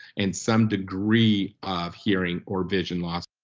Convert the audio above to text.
and some degree of hearing or vision loss,